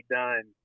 done